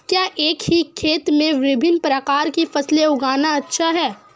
क्या एक ही खेत में विभिन्न प्रकार की फसलें उगाना अच्छा है?